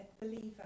believer